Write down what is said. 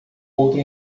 outro